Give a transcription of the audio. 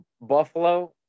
Buffalo